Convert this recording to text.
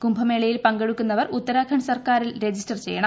കുംഭമേളയിൽ പങ്കെടുക്കുന്നവർ ഉത്തരാഖണ്ഡ് സർക്കാരിൽ രജിസ്റ്റർ ചെയ്യണം